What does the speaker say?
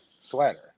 sweater